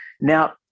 Now